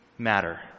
matter